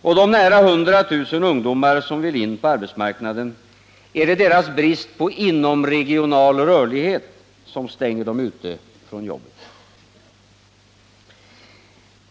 Och de nära 100 000 ungdomar som vill in på arbetsmarknaden — är det deras brist på inomregional rörlighet som stänger dem ute från jobben?